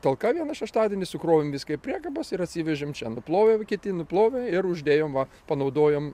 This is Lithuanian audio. talka vieną šeštadienį sukrovėm viską į priekabas ir atsivežėm čia nuploviau kiti nuplovė ir uždėjom va panaudojom